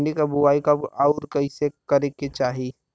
भिंडी क बुआई कब अउर कइसे करे के चाही?